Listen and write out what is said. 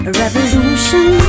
revolution